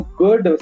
good